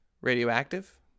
Radioactive